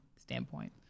standpoint